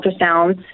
ultrasounds